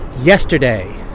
yesterday